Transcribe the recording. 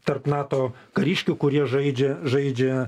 tarp nato kariškių kurie žaidžia žaidžia